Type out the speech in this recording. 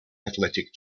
athletic